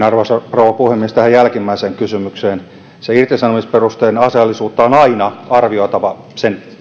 arvoisa rouva puhemies tähän jälkimmäiseen kysymykseen irtisanomisperusteen asiallisuutta on aina arvioitava sen